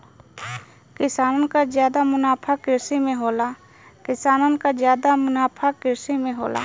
किसानन क जादा मुनाफा कृषि में होला